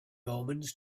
omens